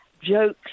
jokes